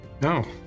No